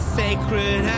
sacred